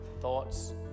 thoughts